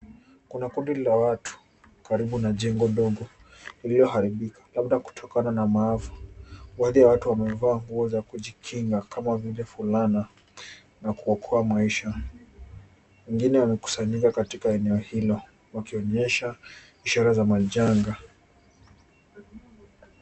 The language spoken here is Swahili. Kuna kundi la watu karibu na jengo dogo, lililoharibika, labda kutokana na maavu. Baadhi ya watu wamevaa nguo za kujikinga, kama vile fulana na kuokoa maisha. Wengine wamekusanyika katika eneo hilo, wakionyesha ishara za majanga.